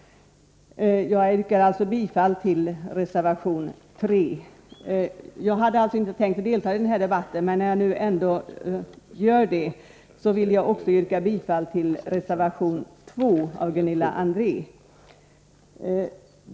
Jag yrkar alltså bifall till reservation 3. Jag hade inte tänkt att delta i denna debatt, men när jag ändå gör det vill jag också yrka bifall till reservation 2 av Gunilla André.